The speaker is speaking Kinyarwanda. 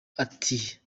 ati